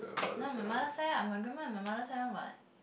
no my mother side ah my grandma is my mother side one what